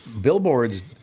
billboards